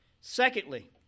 Secondly